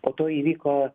po to įvyko